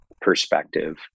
perspective